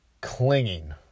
clinging